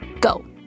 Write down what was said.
Go